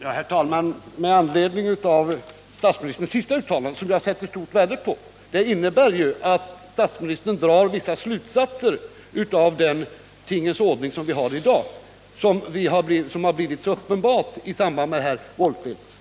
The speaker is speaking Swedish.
Herr talman! Statsministerns senaste uttalande, som jag sätter stort värde på, innebär att statsministern drar vissa slutsatser av den tingens ordning som vi har i dag och som blivit uppenbar i samband med Volvoavtalet.